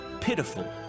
pitiful